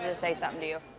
ah say something to you.